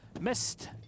missed